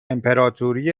امپراتوری